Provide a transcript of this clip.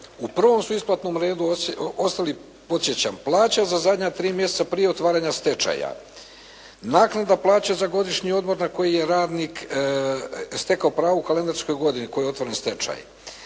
u prvom su isplatnom redu ostali podsjećam plaća za zadnja 3 mjeseca prije otvaranja stečaja, naknada plaće za godišnji odmor na koji je radnik stekao pravo u kalendarskoj godini u kojoj je otvorenoj stečaj,